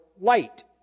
light